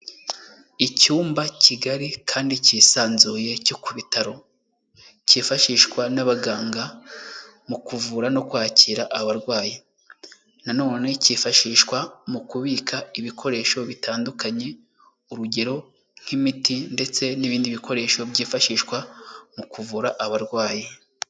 Icyumba kigari kandi cyisanzuye cyo ku bitaro, cyifashishwa n'abaganga mu kuvura no kwakira abarwayi, na none cyifashishwa mu kubika ibikoresho bitandukanye, urugero nk'imiti ndetse n'ibindi bikoresho byifashishwa mu kuvura abarwayi.